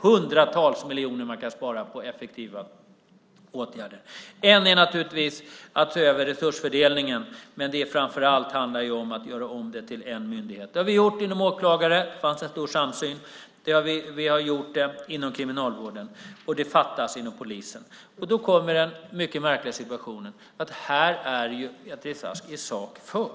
Hundratals miljoner kronor kan sparas in på effektiva åtgärder. En åtgärd är naturligtvis att se över resursfördelningen. Men framför allt handlar det om att göra om till en myndighet. Det har vi gjort när det gäller åklagarna, och det fanns då en stor samsyn. Det har vi också gjort inom kriminalvården. Men detta fattas inom polisen. Till detta kommer den mycket märkliga situationen att här är Beatrice Ask i sak för .